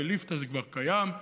בליפתא זה כבר קיים,